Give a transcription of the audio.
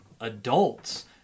adults